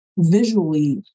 visually